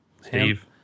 Steve